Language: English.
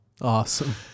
Awesome